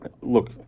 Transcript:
look